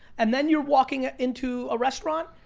and then you're walking into a restaurant,